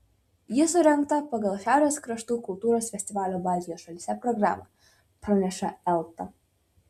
ji surengta pagal šiaurės kraštų kultūros festivalio baltijos šalyse programą praneša elta